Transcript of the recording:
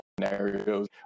scenarios